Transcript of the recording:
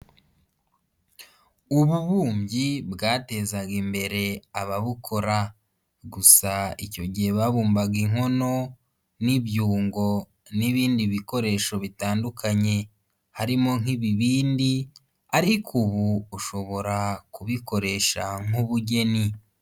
Ububumbyi bwatezaga imbere ababukora, gusa icyo gihe babumbaga inkono n'ibyungo n'ibindi bikoresho bitandukanye harimo nk'ibibindi ariko ubu ushobora kubikoresha nk'ubugeni.